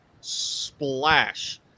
splash